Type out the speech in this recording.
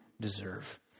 deserve